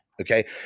okay